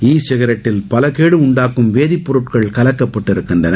இ சிகரொட்டில் பல கேடு உருவாக்கும் வேதிப்பொருள் கலக்கப்பட்டிருக்கின்றன